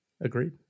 Agreed